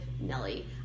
Nelly